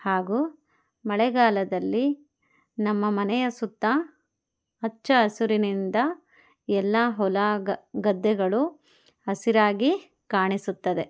ಹಾಗೂ ಮಳೆಗಾಲದಲ್ಲಿ ನಮ್ಮ ಮನೆಯ ಸುತ್ತ ಹಚ್ಚ ಹಸುರಿನಿಂದ ಎಲ್ಲ ಹೊಲ ಗದ್ದೆಗಳು ಹಸಿರಾಗಿ ಕಾಣಿಸುತ್ತದೆ